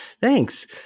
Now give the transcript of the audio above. Thanks